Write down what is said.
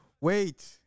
Wait